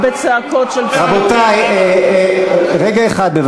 השרה, רגע אחד.